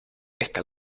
esta